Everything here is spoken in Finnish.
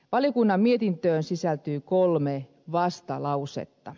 valiokunnan mietintöön sisältyy kolme vastalausetta